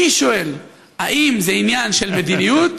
אני שואל: האם זה עניין של מדיניות?